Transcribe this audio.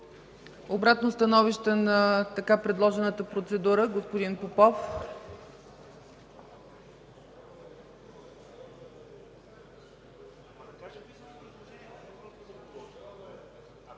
Обратно становище по така предложената процедура? Господин Попов.